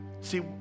See